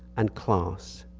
and class.